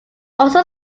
also